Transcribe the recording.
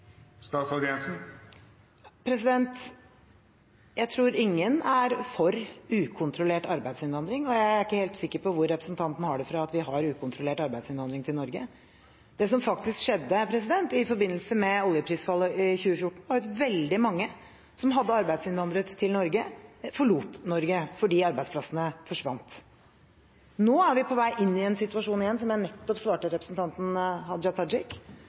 Jeg tror ingen er for ukontrollert arbeidsinnvandring, og jeg er ikke helt sikker på hvor representanten har det fra at vi har ukontrollert arbeidsinnvandring til Norge. Det som faktisk skjedde i forbindelse med oljeprisfallet i 2014, var at veldig mange som hadde arbeidsinnvandret til Norge, forlot Norge fordi arbeidsplassene forsvant. Nå er vi på vei inn i en situasjon igjen, som jeg nettopp svarte representanten Hadia Tajik,